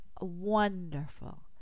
wonderful